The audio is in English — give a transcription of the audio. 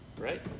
Right